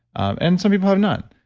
and some people have none.